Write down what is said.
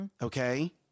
okay